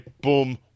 boom